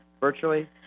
Virtually